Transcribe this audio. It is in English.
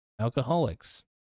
Alcoholics